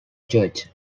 church